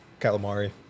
Calamari